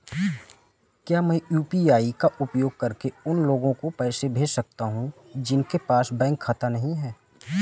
क्या मैं यू.पी.आई का उपयोग करके उन लोगों को पैसे भेज सकता हूँ जिनके पास बैंक खाता नहीं है?